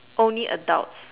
only adults